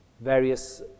various